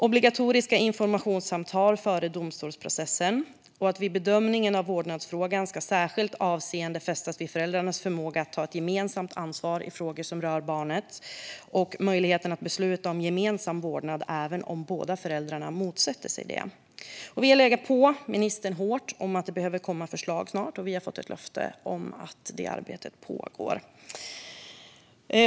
Obligatoriska informationssamtal ska föras före domstolsprocessen. Vid bedömningen av vårdnadsfrågan ska särskilt avseende fästas vid föräldrarnas förmåga att ta ett gemensamt ansvar i frågor som rör barnet. Möjlighet att besluta om gemensam vårdnad ska finnas även om båda föräldrarna motsätter sig det. Vi har legat på ministern hårt om att förslag snart måste komma, och vi har fått ett löfte om att arbetet pågår.